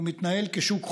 הוא מתנהל כשוק חופשי.